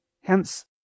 Hence